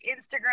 Instagram